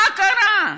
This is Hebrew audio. מה קרה?